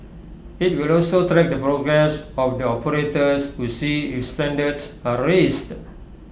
IT will also track the progress of the operators to see if standards are raised